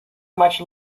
much